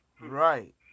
Right